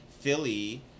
Philly